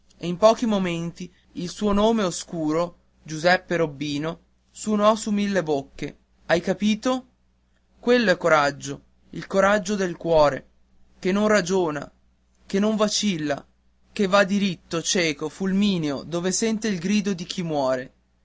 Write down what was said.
e in pochi momenti il suo nome oscuro giuseppe robbino suonò su mille bocche hai capito quello è coraggio il coraggio del cuore che non ragiona che non vacilla che va diritto cieco fulmineo dove sente il grido di chi muore